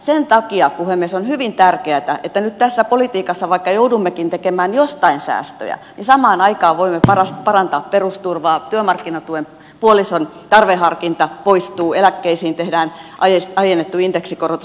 sen takia puhemies on hyvin tärkeätä että nyt tässä politiikassa vaikka joudummekin tekemään jostain säästöjä niin samaan aikaan voimme parantaa perusturvaa työmarkkinatuen puolison tarveharkinta poistuu eläkkeisiin tehdään aiennettu indeksikorotus